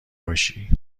باشی